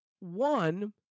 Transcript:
One